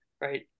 Right